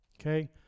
Okay